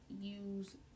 use